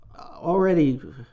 already